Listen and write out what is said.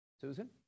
Susan